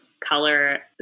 color